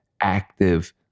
active